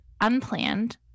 unplanned